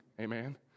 Amen